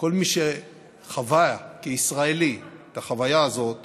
שכל מי שחווה כישראלי את החוויה הזאת